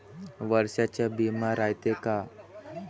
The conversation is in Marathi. वर्षाचा बिमा रायते का?